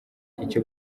icyo